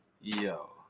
Yo